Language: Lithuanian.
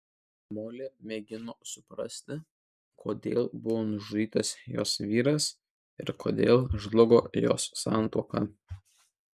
molė mėgino suprasti kodėl buvo nužudytas jos vyras ir kodėl žlugo jos santuoka